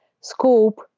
scope